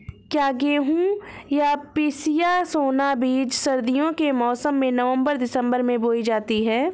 क्या गेहूँ या पिसिया सोना बीज सर्दियों के मौसम में नवम्बर दिसम्बर में बोई जाती है?